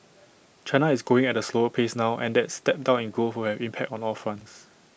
China is growing at A slower pace now and that step down in growth will have impact on all fronts